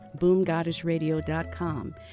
boomgoddessradio.com